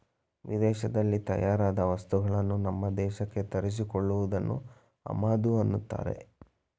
ವಿದೇಶದಲ್ಲಿ ತಯಾರಾದ ವಸ್ತುಗಳನ್ನು ನಮ್ಮ ದೇಶಕ್ಕೆ ತರಿಸಿ ಕೊಳ್ಳುವುದನ್ನು ಆಮದು ಅನ್ನತ್ತಾರೆ